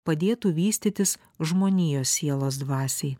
padėtų vystytis žmonijos sielos dvasiai